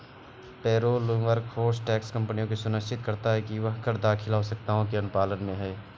payroll या workforce tax कंपनियों को सुनिश्चित करता है कि वह कर दाखिल आवश्यकताओं के अनुपालन में है